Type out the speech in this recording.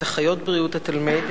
את אחיות בריאות התלמיד,